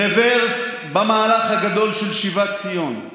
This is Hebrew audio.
רוורס במהלך הגדול של שיבת ציון.